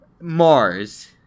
Mars